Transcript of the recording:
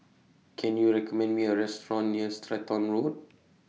Can YOU recommend Me A Restaurant near Stratton Road